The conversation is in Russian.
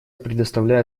предоставляю